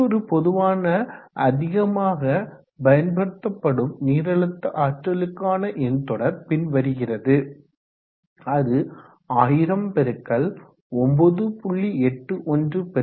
மற்றோரு பொதுவான அதிகமாக பயன்படுத்தப்படும் நீரழுத்த ஆற்றலுக்கான எண்தொடர் பின்வருகிறது அது 1000 x 9